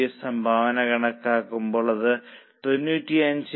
പുതിയ സംഭാവന കണക്കാക്കുമ്പോൾ അത് 95